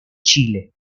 chile